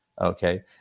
okay